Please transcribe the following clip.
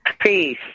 Peace